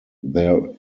there